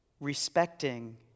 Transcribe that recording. respecting